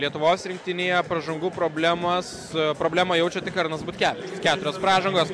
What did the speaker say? lietuvos rinktinėje pražangų problemas problemą jaučia tik arnas butkevičius keturios pražangos